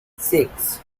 six